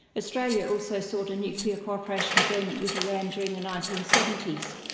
australia also sought a nuclear co-operation agreement with iran during the nineteen seventy s.